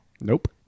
Nope